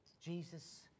Jesus